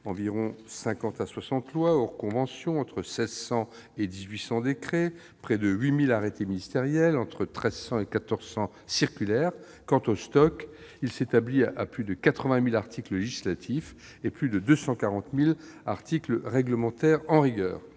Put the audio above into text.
environ 50 à 60 lois, hors conventions, entre 1 600 et 1 800 décrets, près de 8 000 arrêtés ministériels et entre 1 300 et 1 400 circulaires. Quant au stock, il s'établit à plus de 80 000 articles législatifs et plus de 240 000 articles réglementaires en vigueur.